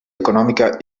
econòmica